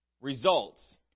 Results